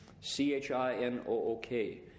C-H-I-N-O-O-K